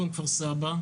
הפועל כפר סבא,